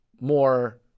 more